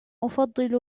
أفضل